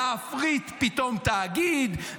להפריט פתאום תאגיד,